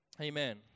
Amen